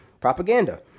propaganda